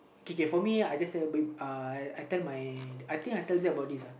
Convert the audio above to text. K K for me I just tell uh I tell my I think I tell about this uh